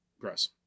Gross